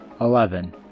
Eleven